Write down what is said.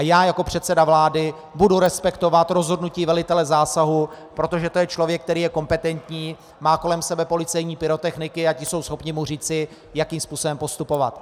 Já jako předseda vlády budu respektovat rozhodnutí velitele zásahu, protože to je člověk, který je kompetentní, má kolem sebe policejní pyrotechniky a ti jsou schopni mu říci, jakým způsobem postupovat.